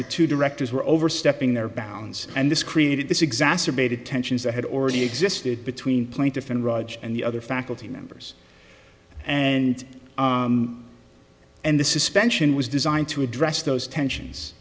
the two directors were overstepping their bounds and this created this exacerbated tensions that had already existed between plaintiff and raj and the other faculty members and and the suspension was designed to address those tensions